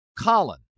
Colin